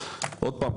עוד פעם,